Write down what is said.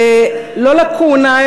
לא לקוּנה,